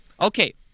Okay